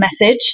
message